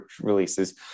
releases